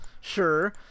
sure